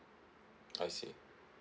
I see